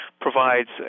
provides